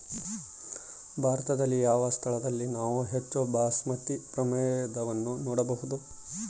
ಭಾರತದಲ್ಲಿ ಯಾವ ಸ್ಥಳದಲ್ಲಿ ನಾವು ಹೆಚ್ಚು ಬಾಸ್ಮತಿ ಪ್ರಭೇದವನ್ನು ನೋಡಬಹುದು?